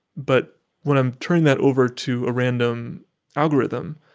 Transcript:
but when i'm turning that over to a random algorithm,